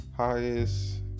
Highest